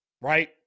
right